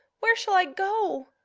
where shall i go,